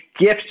gifts